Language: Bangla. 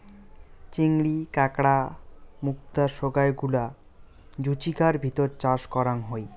চিংড়ি, কাঁকড়া, মুক্তা সোগায় গুলা জুচিকার ভিতর চাষ করাং হই